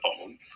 phone